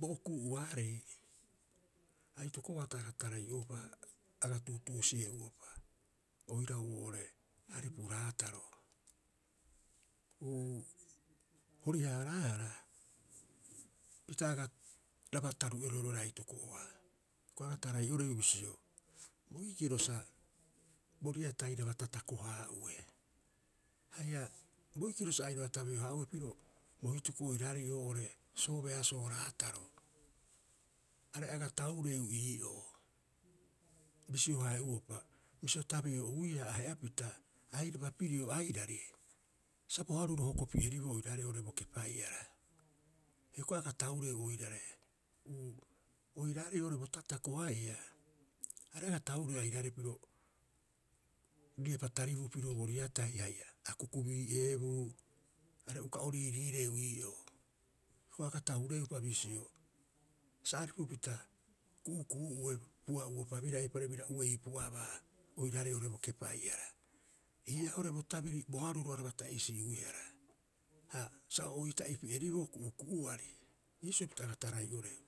Bo okuu'uaarei aitoko'oa taga tarai'oupa, aga tuutuusi'e'uropa oirau oo'ore aripu raataro. Uu, hori- haaraahara pita agaraba taruu'erohe roo'ore aitoko'oa. Hioko'i aga tarai'oreu bisio boikiro sa bo riatairaba tatakohaa'ue haia boikiro sa airaba tabeo- haa'ue piro bo hituku oiraarei oo'ore soobeasoo raataro. Are aga taureu ii'oo bisio hae'uopa, bisio tabeo'uiaa ahe'apita airaba pirio airari, sa bo haruro hoko- pi'eriboo oiraarei bo kepai'ara. Hioko'i aga taure oirare. Uu, oiraarei oo'ore bo tatako haia, are aga taureu airaarei piro, riepa taribuu piro bo riarai haia akuku bii'eebuu are uka o riiriireu ii'oo. Hioko'i aga taureupa bisio, sa aripupita ku'uku'u'ue pua'upa biraa eipaareha bira uei pu'abaa oiraarei oo'ore bo kepai'ara. Ii'aa oo'ore bo tabiri bo haruro araba ta'isi'uihara ha sa o'oita'i pi'eriboo ku'uku'uari. Iisio pita aga tarai'oreu,